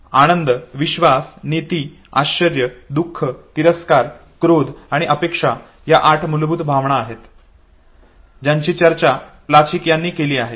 आनंद विश्वास भीती आश्चर्य दुख तिरस्कार क्रोध आणि अपेक्षा या आठ मूलभूत भावना आहे ज्यांची चर्चा प्लचिक यांनी केली आहे